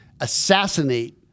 assassinate